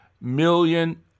million